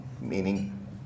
meaning